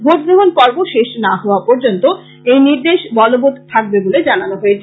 vote গ্রহণ পর্ব শেষ না হওয়া পর্যন্ত এই নির্দেশ বলবৎ থাকবে বলে জানানো হয়েছে